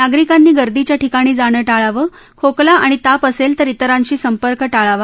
नागरिकांनी गर्दीच्या ठिकाणी जाणं टाळावं खोकला आणि ताप असेल तर इतरांशी संपर्क टाळावा